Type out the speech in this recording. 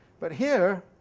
but here